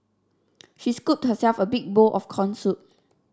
she scooped herself a big bowl of corn soup